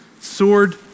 Sword